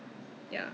!aiyo!